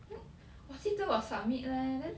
我记得我 submit leh then